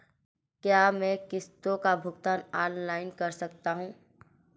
क्या मैं किश्तों का भुगतान ऑनलाइन कर सकता हूँ?